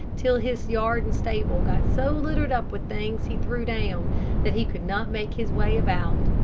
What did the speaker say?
till his yard and stable got so littered up with things he threw down that he could not make his way about.